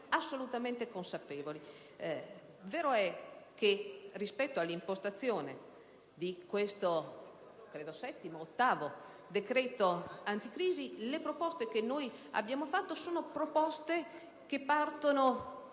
assolutamente consapevoli. Vero è che rispetto all'impostazione di questo - credo settimo o ottavo - decreto anticrisi, le proposte che abbiamo fatto partono